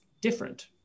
different